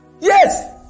Yes